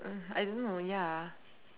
uh I don't know ya